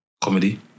Comedy